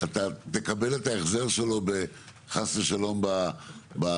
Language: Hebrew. אתה תקבל את ההחזר שלו חס ושלום בחזון